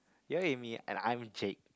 you're Amy and I'm Jake